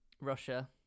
Russia